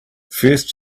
first